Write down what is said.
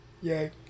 Yay